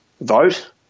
vote